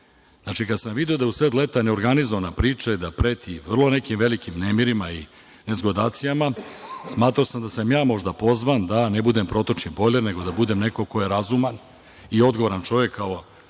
Znači kada sam video da je u sred leta neorganizovana priča i da preti vrlo nekim velikim nemirima i nezgodacijama, smatrao sam da sam možda pozvan da ne budem protočni bojler nego da budem neko ko je razuman i odgovoran čovek kao